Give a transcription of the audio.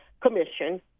commission